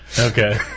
Okay